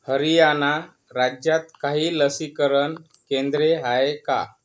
हरियाणा राज्यात काही लसीकरण केंद्रे आहे का